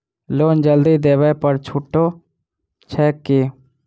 Loan जल्दी देबै पर छुटो छैक की?